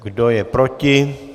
Kdo je proti?